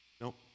Nope